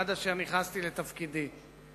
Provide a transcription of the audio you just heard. עד אשר נכנסתי לתפקידי.